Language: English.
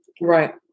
right